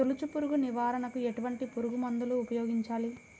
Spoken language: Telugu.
తొలుచు పురుగు నివారణకు ఎటువంటి పురుగుమందులు ఉపయోగించాలి?